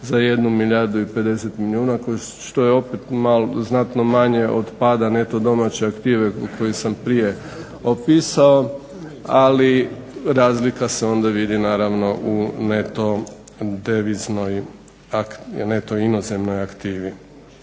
za 1 50 milijuna što je opet znatno manje od pada neto domaće aktive u koju sam prije opisao, ali razlika se onda vidi naravno u neto deviznoj, neto inozemnoj aktivi.